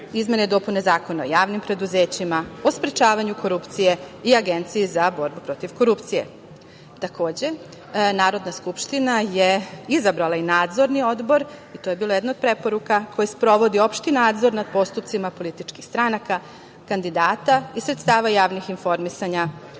izmene i dopune Zakona o javnim preduzećima, o sprečavanju korupcije i Agenciji za borbu protiv korupcije. Takođe, Narodna skupština je izabrala i nadzorni odbor i to je bila jedna od preporuka koji sprovodi opšti nadzor nad postupcima političkih stranaka kandidata i sredstava javnih informisanja